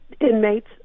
inmates